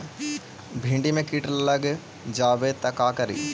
भिन्डी मे किट लग जाबे त का करि?